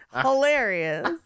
hilarious